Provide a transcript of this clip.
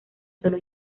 solo